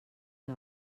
que